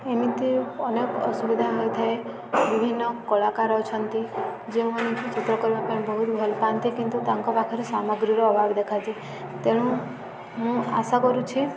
ଏମିତି ଅନେକ ଅସୁବିଧା ହୋଇଥାଏ ବିଭିନ୍ନ କଳାକାର ଅଛନ୍ତି ଯେଉଁମାନେ କି ଚିତ୍ର କରିବା ପାଇଁ ବହୁତ ଭଲ ପାଆନ୍ତି କିନ୍ତୁ ତାଙ୍କ ପାଖରେ ସାମଗ୍ରୀର ଅଭାବ ଦେଖାଯାଏ ତେଣୁ ମୁଁ ଆଶା କରୁଛି